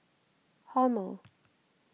Hormel